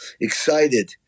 excited